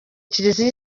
kiliziya